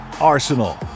Arsenal